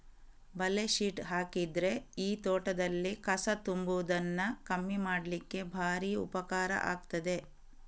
ಬಲೆ ಶೀಟ್ ಹಾಕಿದ್ರೆ ಈ ತೋಟದಲ್ಲಿ ಕಸ ತುಂಬುವುದನ್ನ ಕಮ್ಮಿ ಮಾಡ್ಲಿಕ್ಕೆ ಭಾರಿ ಉಪಕಾರ ಆಗ್ತದೆ